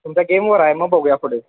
तुमच्या गेमवर आहे मग बघूया पुढे